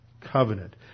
covenant